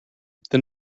then